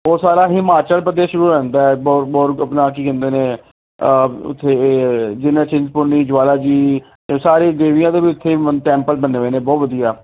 ਉਹ ਸਾਰਾ ਹਿਮਾਚਲ ਪ੍ਰਦੇਸ਼ ਸ਼ੁਰੂ ਹੋ ਜਾਂਦਾ ਆਪਣਾ ਕੀ ਕਹਿੰਦੇ ਨੇ ਉੱਥੇ ਜਿੱਦਾਂ ਚਿੰਤਪੁਰਨੀ ਜਵਾਲਾ ਜੀ ਇਹ ਸਾਰੀਆਂ ਦੇਵੀਆਂ ਦੇ ਵੀ ਉੱਥੇ ਟੈਂਪਲ ਬਣੇ ਹੋਏ ਨੇ ਬਹੁਤ ਵਧੀਆ